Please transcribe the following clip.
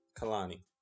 Kalani